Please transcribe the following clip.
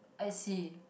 I see